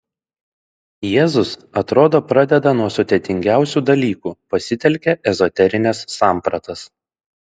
jėzus atrodo pradeda nuo sudėtingiausių dalykų pasitelkia ezoterines sampratas